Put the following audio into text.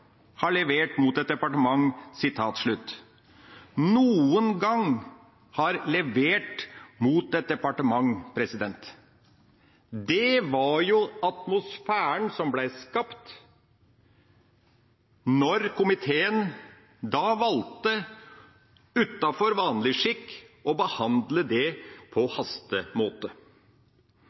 har levert mot et departement.» – Noen gang har levert mot et departement! Det var atmosfæren som ble skapt da komiteen valgte – utenfor vanlig skikk – å behandle det